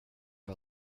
för